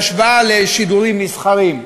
בהשוואה לשידורים מסחריים.